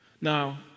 Now